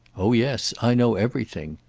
oh yes, i know everything.